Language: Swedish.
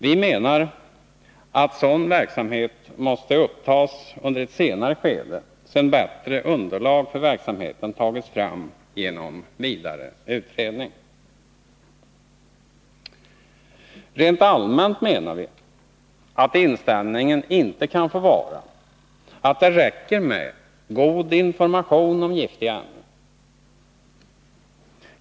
Vi menar att sådan verksamhet måste upptas under ett senare skede sedan bättre underlag för verksamheten tagits fram genom vidare utredning. Rent allmänt menar vi att inställningen inte kan få vara den att det räcker med god information om giftiga ämnen.